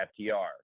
FTR